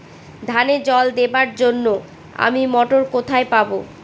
ধানে জল দেবার জন্য আমি মটর কোথায় পাবো?